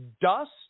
dust